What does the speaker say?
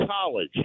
college